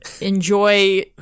enjoy